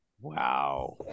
wow